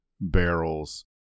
barrels